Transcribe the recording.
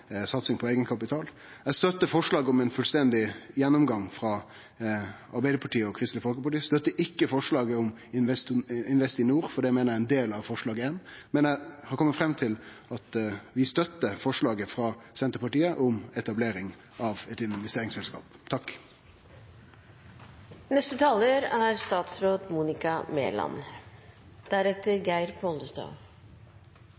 satsing berre på eigenkapital. Eg støttar forslaget frå Arbeidarpartiet og Kristeleg Folkeparti om ein fullstendig gjennomgang. Eg støttar ikkje forslaget om Investinor, for det meiner eg er ein del av forslag nr. 1. Men eg har kome fram til at vi støttar forslaget frå Senterpartiet om etablering av eit investeringsselskap. Det er